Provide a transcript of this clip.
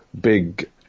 big